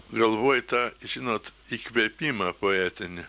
galvoju tą žinot įkvėpimą poetinį